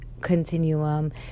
continuum